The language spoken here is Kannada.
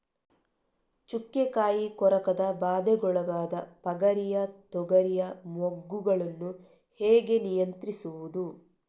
ಚುಕ್ಕೆ ಕಾಯಿ ಕೊರಕದ ಬಾಧೆಗೊಳಗಾದ ಪಗರಿಯ ತೊಗರಿಯ ಮೊಗ್ಗುಗಳನ್ನು ಹೇಗೆ ನಿಯಂತ್ರಿಸುವುದು?